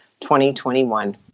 2021